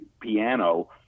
piano